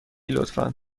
لطفا